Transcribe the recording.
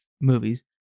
movies